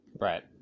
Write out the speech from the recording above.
Right